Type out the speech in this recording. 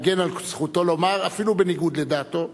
אגן על זכותו לומר, אפילו בניגוד לדעתו.